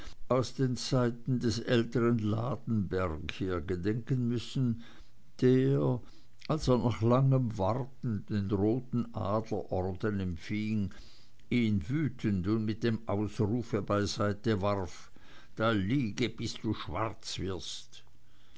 aus den zeiten des älteren ladenberg her gedenken müssen der als er nach langem warten den roten adlerorden empfing ihn wütend und mit dem ausruf beiseite warf da liege bis du schwarz wirst